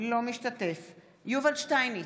אינו משתתף בהצבעה יובל שטייניץ,